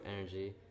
energy